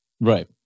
Right